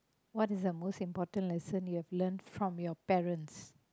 what is the most important lesson you have learnt from your parents